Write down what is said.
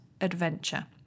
adventure